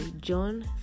John